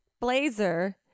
blazer